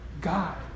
God